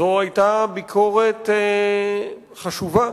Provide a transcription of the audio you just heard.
זו היתה ביקורת חשובה,